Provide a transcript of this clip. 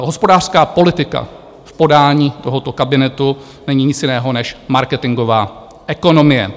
Hospodářská politika v podání tohoto kabinetu není nic jiného než marketingová ekonomie.